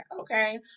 okay